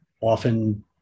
often